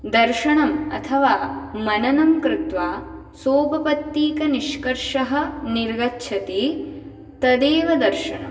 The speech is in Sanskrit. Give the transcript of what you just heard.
दर्शनम् अथवा मननं कृत्वा सोपपत्तिकनिष्कर्षः निर्गच्छति तदेव दर्शनम्